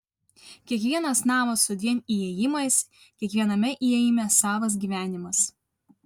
kiekvienas namas su dviem įėjimais kiekviename įėjime savas gyvenimas